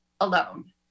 alone